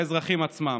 האזרחים עצמם.